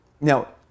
Now